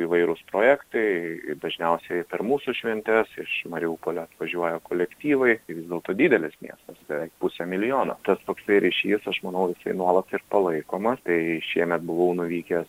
įvairūs projektai dažniausiai per mūsų šventes iš mariupolio atvažiuoja kolektyvai tai vis dėlto didelis miestas beveik pusė milijono tas toksai ryšys aš manau jisai nuolat ir palaikomas tai šiemet buvau nuvykęs